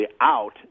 out